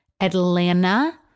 Atlanta